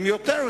אם יותר,